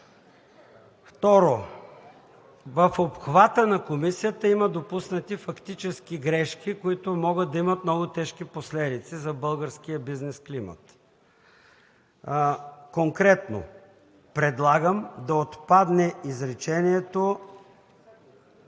Второ, в обхвата на комисията има допуснати фактически грешки, които могат да имат много тежки последици за българския бизнес климат. Конкретно: предлагам да отпадне изречението